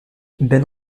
ben